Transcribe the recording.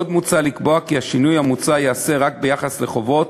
עוד מוצע לקבוע כי השינוי המוצע ייעשה רק ביחס לחובות